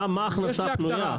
ההגדרה מה הכנסה הפנויה.